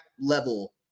level